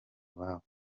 ababo